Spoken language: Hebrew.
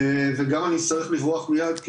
וגם אני אצטרך לברוח מיד,